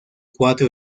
cuatro